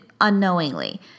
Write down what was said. unknowingly